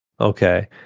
okay